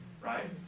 Right